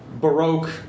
baroque